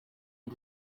you